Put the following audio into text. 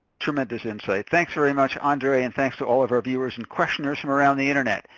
tremendous insight. thanks very much, andre, and thanks to all of our viewers and questioners from around the internet.